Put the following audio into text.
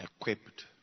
equipped